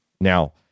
Now